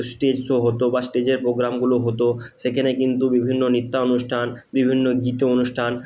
stage show হতো বা স্টেজের প্রোগ্রামগুলো হতো সেখানে কিন্তু বিভিন্ন নৃত্যানুষ্ঠান বিভিন্ন গীতানুষ্ঠান